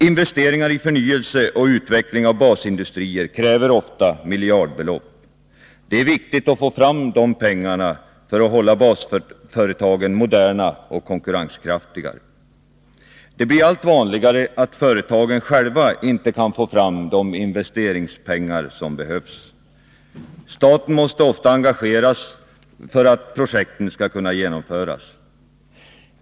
Investeringar i förnyelse och utveckling av basindustrierna kräver ofta miljardbelopp. Det är viktigT att få fram de pengarna för att hålla basföretagen moderna och konkurrenskraftiga. Det blir allt vanligare att företagen själva inte kan få fram de investeringspengar som behövs. Staten måste ofta engageras för att projekten skall kunna genomföras.